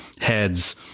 heads